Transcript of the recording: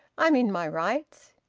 i'm in my rights.